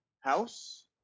house